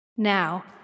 Now